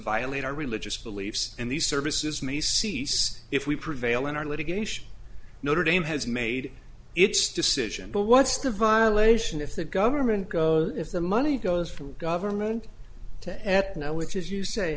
violate our religious beliefs and these services may cease if we prevail in our litigation notre dame has made its decision but what's the violation if the government goes if the money goes from government to aetna which as you say